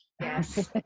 Yes